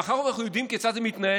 מאחר שאנחנו יודעים כיצד זה מתנהל,